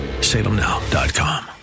Salemnow.com